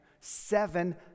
Seven